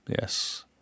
Yes